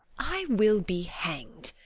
i will be hang'd,